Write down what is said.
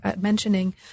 mentioning